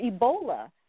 Ebola